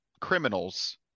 criminals